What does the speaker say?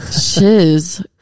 Shiz